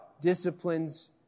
disciplines